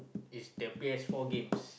is the P_S-four games